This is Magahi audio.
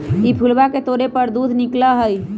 ई फूलवा के तोड़े पर दूध निकला हई